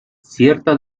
cierta